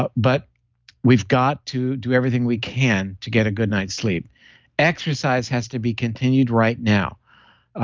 but but we've got to do everything we can to get a good night's sleep exercise has to be continued right now.